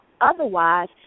Otherwise